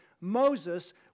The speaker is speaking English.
Moses